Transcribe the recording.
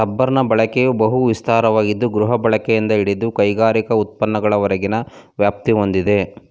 ರಬ್ಬರ್ನ ಬಳಕೆಯು ಬಹು ವಿಸ್ತಾರವಾಗಿದ್ದು ಗೃಹಬಳಕೆಯಿಂದ ಹಿಡಿದು ಕೈಗಾರಿಕಾ ಉತ್ಪನ್ನಗಳವರೆಗಿನ ವ್ಯಾಪ್ತಿ ಹೊಂದಿದೆ